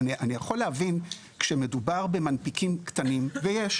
אני יכול להבין כשמדובר במנפיקים קטנים, ויש.